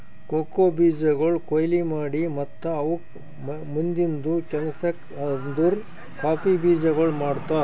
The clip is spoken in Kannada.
ಕೋಕೋ ಬೀಜಗೊಳ್ ಕೊಯ್ಲಿ ಮಾಡಿ ಮತ್ತ ಅವುಕ್ ಮುಂದಿಂದು ಕೆಲಸಕ್ ಅಂದುರ್ ಕಾಫಿ ಬೀಜಗೊಳ್ ಮಾಡ್ತಾರ್